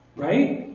right?